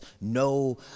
no